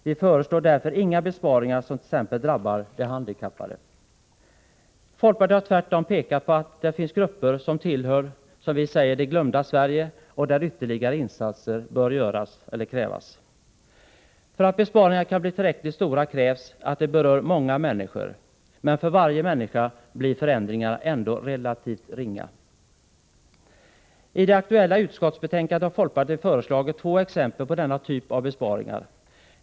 Vi föreslår därför inte några besparingar som drabbar t.ex. handikappade. Folkpartiet har tvärtom pekat på att det finns grupper som tillhör ”det glömda Sverige” och för vilka ytterligare insatser krävs. För att besparingarna skall bli tillräckligt stora krävs att de berör många människor. Men för varje människa blir förändringen ändå relativt ringa. I det aktuella utskottsbetänkandet har folkpartiet föreslagit två exempel på denna typ av besparingar.